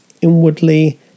inwardly